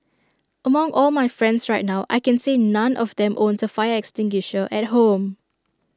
among all my friends right now I can say none of them owns A fire extinguisher at home